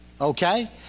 okay